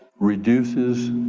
reduces